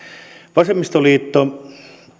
vasemmistoliitto